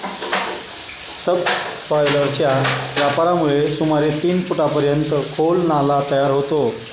सबसॉयलरच्या वापरामुळे सुमारे तीन फुटांपर्यंत खोल नाला तयार होतो